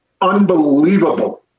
Unbelievable